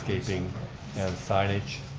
landscaping and signage.